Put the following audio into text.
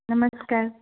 नमस्कार